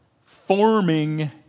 forming